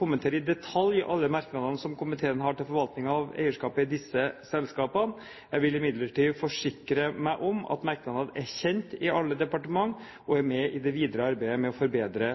kommentere i detalj alle merknadene som komiteen har til forvaltningen av eierskapet i disse selskapene. Jeg vil imidlertid forsikre meg om at merknadene er kjent i alle departementer og er med i det videre arbeidet med å forbedre